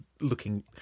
looking